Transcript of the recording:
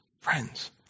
friends